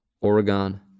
Oregon